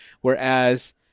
Whereas